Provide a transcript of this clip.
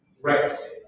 Right